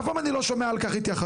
אף פעם אני לא שומע על כך התייחסות.